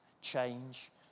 change